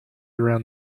around